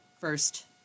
first